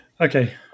Okay